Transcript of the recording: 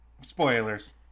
Spoilers